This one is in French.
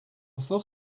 fort